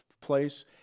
place